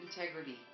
integrity